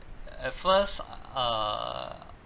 at first err